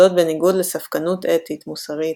זאת בניגוד לספקנות אתית/מוסרית,